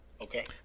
Okay